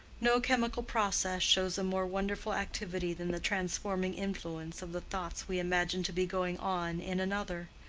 no chemical process shows a more wonderful activity than the transforming influence of the thoughts we imagine to be going on in another.